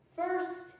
First